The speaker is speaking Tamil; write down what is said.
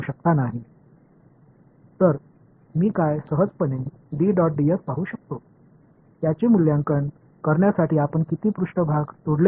எனவே நான் என்ன செய்ய முடியும் என்பதை உள்ளுணர்வாக நாம் பார்க்க முடியும் இதை மதிப்பீடு செய்ய எத்தனை மேற்பரப்புகளை நாம் உடைக்க வேண்டும்